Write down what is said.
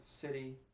city